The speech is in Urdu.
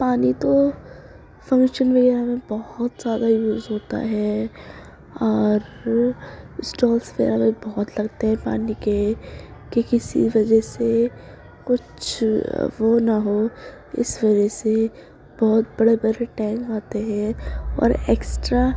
پانی تو فنکشن وغیرہ میں بہت زیادہ یوز ہوتا ہے اور اسٹالس وغیرہ بھی بہت لگتے ہیں پانی کے کہ کسی وجہ سے کچھ وہ نہ ہو اس وجہ سے بہت بڑے بڑے ٹینک آتے ہیں اور ایکسٹرا